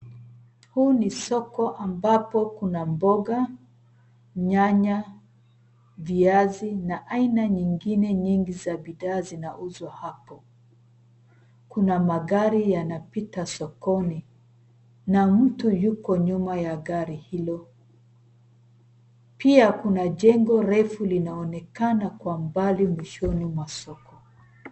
Huu ni soko ambapo kuna mboga, nyanya, viazi na aina nyingine nyingi za bidhaa zinauzwa hapo. Kuna magari yanapita sokoni na mtu yuko nyuma ya gari hilo. Pia kuna jengo refu linaonekana kwa mbali mwishoni mwa soko.